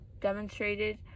demonstrated